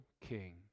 king